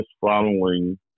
following